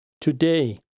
today